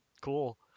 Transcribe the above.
cool